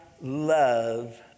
love